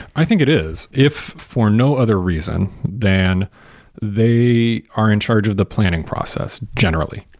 i think it is. if for no other reason, then they are in charge of the planning process generally.